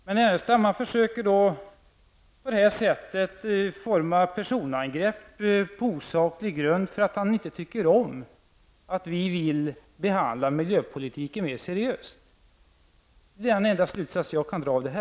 Lars Ernestam försöker forma personangrepp på osaklig grund därför att han inte tycker om att vi vill behandla miljöpolitiken mera seriöst. Det är den enda slutsats jag kan dra av detta.